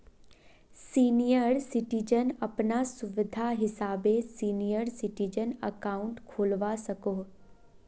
senior citizen अपना सुविधा हिसाबे सीनियर सिटीजन अकाउंट खोलवा सकोह